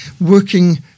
working